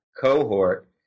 cohort